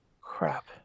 Crap